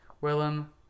Willem